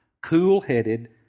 cool-headed